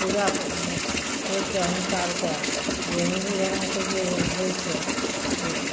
पूजा करिके हुनका आओरके जे हिन्दू धर्मके जे होइ छै जे